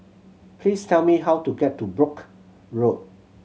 please tell me how to get to Brooke Road